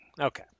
Okay